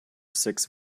six